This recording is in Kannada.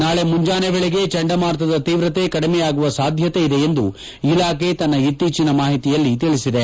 ನಾಳೆ ಮುಂಜಾನೆ ವೇಳೆಗೆ ಚಂಡಮಾರುತದ ತೀವ್ರತೆ ಕಡಿಮೆಯಾಗುವ ಸಾಧ್ಯತೆ ಇದೆ ಎಂದು ಇಲಾಖೆ ತನ್ನ ಇತ್ತೀಚಿನ ಮಾಹಿತಿಯಲ್ಲಿ ತಿಳಿಸಿದೆ